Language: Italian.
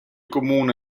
comune